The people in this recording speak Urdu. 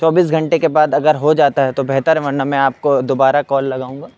چوبیس گھنٹے کے بعد اگر ہو جاتا ہے تو بہتر ورنہ میں آپ کو دوبارہ کال لگاؤں گا